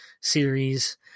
series